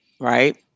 right